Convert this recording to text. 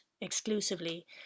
exclusively